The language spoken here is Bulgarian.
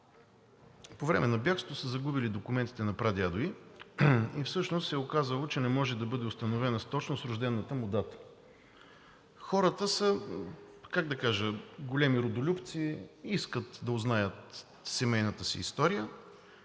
по време на бягство са загубили документите на прадядо ѝ и всъщност се оказало, че не може да бъде установена с точност рождената му дата. Хората са, как да кажа, големи родолюбци, искат да узнаят семейната си история